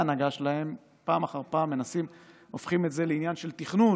ההנהגה שלהם הופכת את זה פעם אחר פעם לעניין של תכנון.